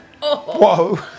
Whoa